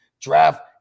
Draft